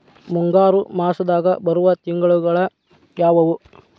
ಮುಂಗಾರು ಮಾಸದಾಗ ಬರುವ ತಿಂಗಳುಗಳ ಯಾವವು?